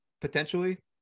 potentially